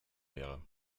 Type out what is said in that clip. wäre